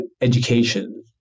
education